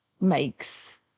makes